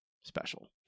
special